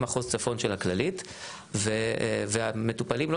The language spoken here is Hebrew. עם מחוז צפון של הכללית ומטופלים לא